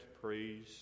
praise